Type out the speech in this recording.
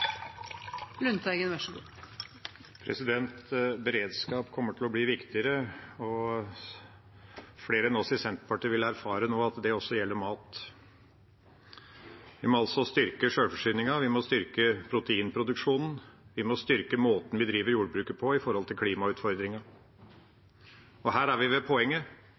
flere enn oss i Senterpartiet vil erfare nå at det også gjelder mat. Vi må altså styrke sjølforsyningen, vi må styrke proteinproduksjonen, vi må styrke måten vi driver jordbruk på med hensyn til klimautfordringen. Her er vi ved poenget: